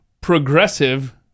progressive